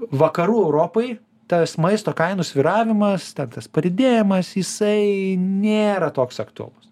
vakarų europoj tas maisto kainų svyravimas ten tas padidėjimas jisai nėra toks aktualus